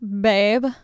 babe